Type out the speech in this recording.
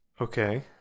Okay